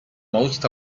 most